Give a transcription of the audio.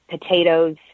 potatoes